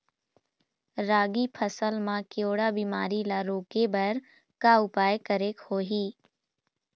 रागी फसल मा केवड़ा बीमारी ला रोके बर का उपाय करेक होही?